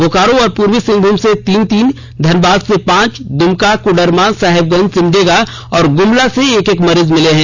बोकारो और पूर्वी सिंहभूम से तीन तीन धनबाद से पांच दुमका कोडरमा साहिबगंज सिमडेगा और गुमला से एक एक मरीज मिले हैं